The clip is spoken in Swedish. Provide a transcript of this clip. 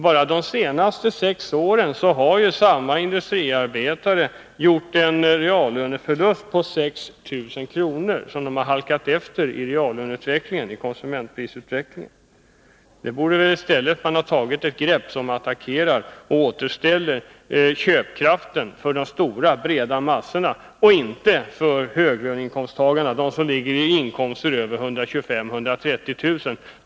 — bara de senaste sex åren.har samma industriarbetare gjort en reallöneförlust på 6 000 kr. Han har halkat efter i reallöneutvecklingen och i konsumentprisutvecklingen. Man borde i stället ha tagit ett grepp för att återställa köpkraften för de stora, breda massorna — inte för höginkomsttagarna, som har inkomster över 125 000, 130 000 kr.